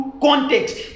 context